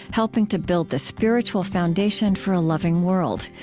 helping to build the spiritual foundation for a loving world.